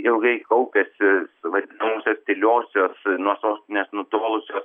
ilgai kaupėsi vadinamosios tyliosios nuo sostinės nutolusio